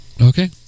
Okay